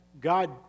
God